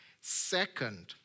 Second